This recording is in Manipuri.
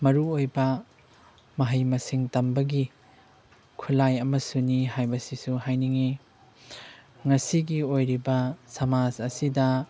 ꯃꯔꯨ ꯑꯣꯏꯕ ꯃꯍꯩ ꯃꯁꯤꯡ ꯇꯝꯕꯒꯤ ꯈꯨꯠꯂꯥꯏ ꯑꯃꯁꯨꯅꯤ ꯍꯥꯏꯕꯁꯤꯁꯨ ꯍꯥꯏꯅꯤꯡꯉꯤ ꯉꯁꯤꯒꯤ ꯑꯣꯏꯔꯤꯕ ꯁꯃꯥꯖ ꯑꯁꯤꯗ